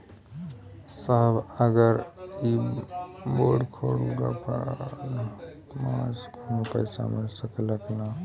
साहब अगर इ बोडखो गईलतऽ हमके पैसा मिल सकेला की ना?